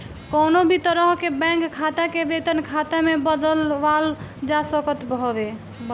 कवनो भी तरह के बैंक खाता के वेतन खाता में बदलवावल जा सकत हवे